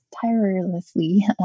tirelessly